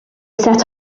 set